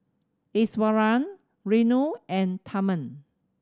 Iswaran Renu and Tharman